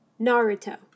Naruto